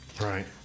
Right